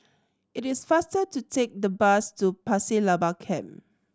it is faster to take the bus to Pasir Laba Camp